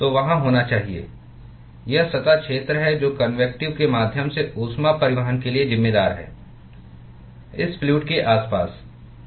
तो वहाँ होना चाहिए यह सतह क्षेत्र है जो कन्वेक्टिव के माध्यम से ऊष्मा परिवहन के लिए जिम्मेदार है इस फ्लूअड के आसपास